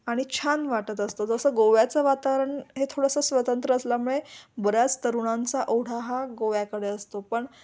आणि छान वाटत असतो जसं गोव्याचं वातावरण हे थोडंसं स्वतंत्र असल्यामुळे तरुणांचा ओढा हा गोव्याकडे असतो पण